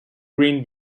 green